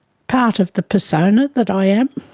part of the persona that i am.